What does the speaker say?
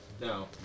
No